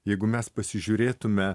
jeigu mes pasižiūrėtume